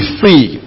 free